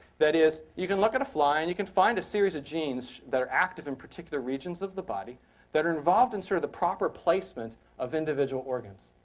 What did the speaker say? that is you can look at a fly, and you can find a series of genes that are active in particular regions of the body that are involved in sort of the proper placement of individual organs.